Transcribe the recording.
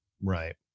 Right